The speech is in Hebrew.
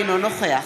אינו נוכח